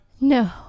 No